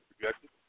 projected